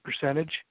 percentage